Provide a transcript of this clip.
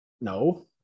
No